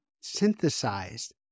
synthesized